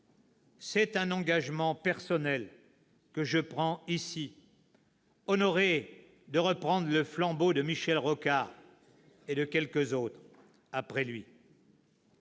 C'est un engagement personnel que je prends ici, honoré de reprendre le flambeau de Michel Rocard et de quelques autres après lui.